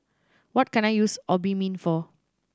what can I use Obimin for